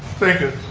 thank you.